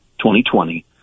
2020